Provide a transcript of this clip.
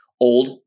old